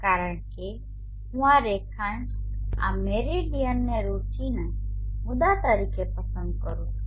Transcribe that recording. કારણ છે કે હું આ રેખાંશ આ મેરિડીયનને રુચિના મુદ્દા તરીકે પસંદ કરવા માંગુ છું